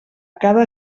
cada